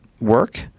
work